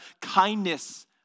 kindness